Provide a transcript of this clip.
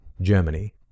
Germany